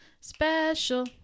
special